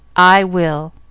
i will!